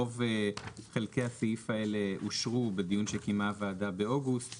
רוב חלקי הסעיף האלה אושרו בדיון שקיימה הוועדה באוגוסט